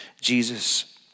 Jesus